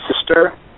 sister